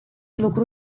lucru